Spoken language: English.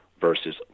versus